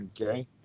Okay